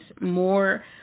more